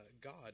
god